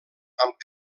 amb